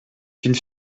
qu’une